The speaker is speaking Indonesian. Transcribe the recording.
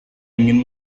ingin